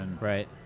Right